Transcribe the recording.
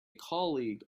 colleague